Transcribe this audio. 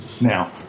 now